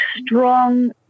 strong